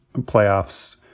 playoffs